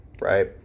right